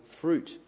fruit